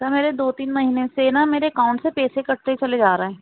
سر میرے دو تین مہینے سے نا میرے اکاؤنٹ سے پیسے کٹتے چلے جا رہے ہیں